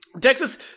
texas